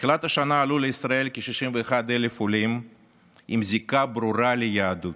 מתחילת השנה עלו לישראל כ-61,000 עולים עם זיקה ברורה ליהדות.